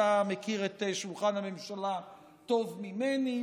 אתה מכיר את שולחן הממשלה טוב ממני.